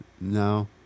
No